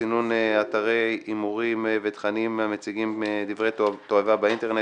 סינון אתרי הימורים ותכנים המציגים דברי תועבה באינטרנט),